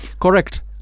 Correct